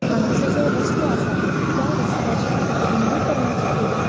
हांगाचो जो रस्तो आसा त्या रस्त्याच्या रुंदीकरणा खातीर